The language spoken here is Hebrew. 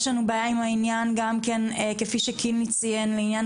יש לנו בעיה עם העניין גם כן כפי שקינלי ציין לעניין